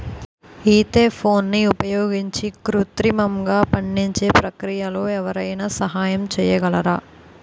ఈథెఫోన్ని ఉపయోగించి కృత్రిమంగా పండించే ప్రక్రియలో ఎవరైనా సహాయం చేయగలరా?